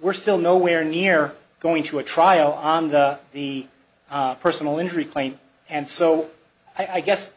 we're still nowhere near going to a trial on the personal injury claim and so i guess